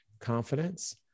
confidence